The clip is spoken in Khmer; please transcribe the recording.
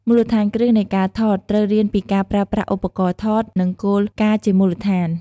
មូលដ្ឋានគ្រឹះនៃការថត ត្រូវរៀនពីការប្រើប្រាស់ឧបករណ៍ថត និងគោលការណ៍ជាមូលដ្ឋាន។